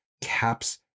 Caps